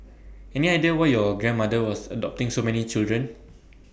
any idea why your grandmother was adopting so many children